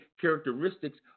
characteristics